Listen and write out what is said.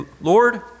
Lord